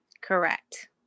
Correct